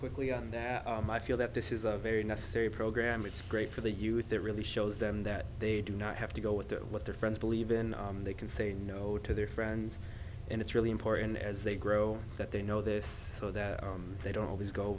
quickly on that i feel that this is a very necessary program it's great for the youth it really shows them that they do not have to go with what their friends believe in they can say no to their friends and it's really important as they grow that they know this so that they don't always go